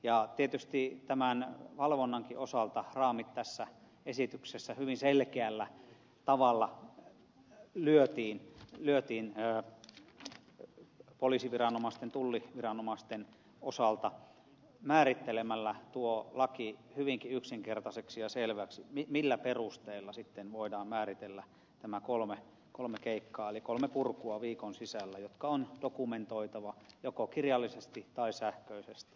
ja tietysti tämän valvonnankin osalta raamit tässä esityksessä hyvin selkeällä tavalla lyötiin poliisiviranomaisten tulliviranomaisten osalta määritte lemällä tuo laki hyvinkin yksinkertaiseksi ja selväksi millä perusteella sitten voidaan määritellä nämä kolme keikkaa eli kolme purkua viikon sisällä jotka on dokumentoitava joko kirjallisesti tai sähköisesti